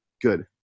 good